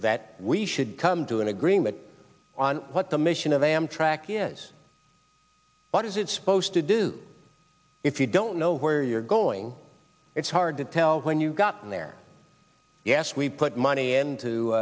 that we should come to an agreement on what the mission of amtrak is what is it supposed to do if you don't know where you're going it's hard to tell when you got there yes we put money into